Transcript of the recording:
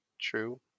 true